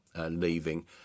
leaving